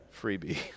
freebie